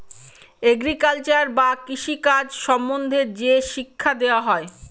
agriculture বা কৃষি কাজ সম্বন্ধে যে শিক্ষা দেওয়া হয়